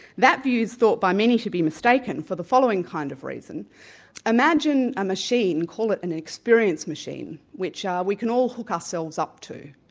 that view is thought by many to be mistaken for the following kind of reason imagine a machine, call it an experience machine, which ah we can all hook ourselves up to,